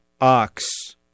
ox